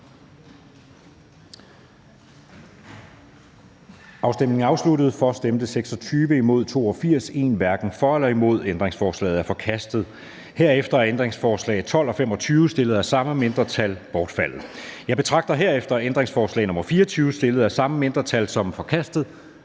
hverken for eller imod stemte 1 (NB). Ændringsforslaget er forkastet. Herefter er ændringsforslag nr. 12 og 25, stillet af det samme mindretal, bortfaldet. Jeg betragter herefter ændringsforslag nr. 24, stillet af det samme mindretal, som forkastet.